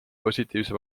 positiivse